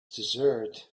dessert